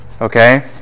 Okay